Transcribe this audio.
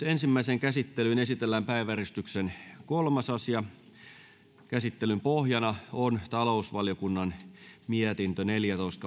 ensimmäiseen käsittelyyn esitellään päiväjärjestyksen kolmas asia käsittelyn pohjana on talousvaliokunnan mietintö neljätoista